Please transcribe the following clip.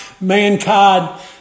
mankind